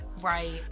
Right